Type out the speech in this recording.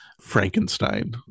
Frankenstein